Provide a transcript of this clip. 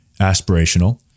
Aspirational